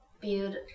build